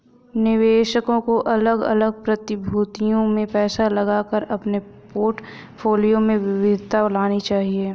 निवेशकों को अलग अलग प्रतिभूतियों में पैसा लगाकर अपने पोर्टफोलियो में विविधता लानी चाहिए